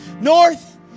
North